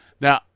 Now